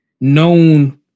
known